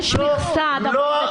יש לי את זה כאן במסמך,